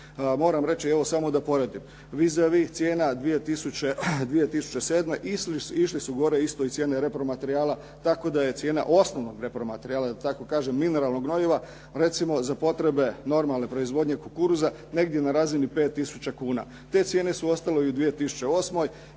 Moram reći evo samo da poredim vis a vis cijena 2007. išli su gore isto i cijene repromaterijala tako da je cijena osnovnog repromaterijala da tako mineralnog gnojiva recimo za potrebe normalne proizvodnje kukuruza negdje na razini 5000 kn. Te cijene su ostale i u 2008.